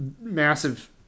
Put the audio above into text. massive